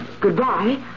Goodbye